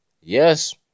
yes